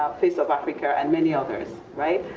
face of africa, and many others, right?